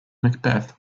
macbeth